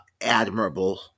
admirable